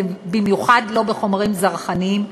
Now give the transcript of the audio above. במיוחד לא בחומרים זרחניים.